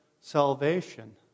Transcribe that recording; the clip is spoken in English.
salvation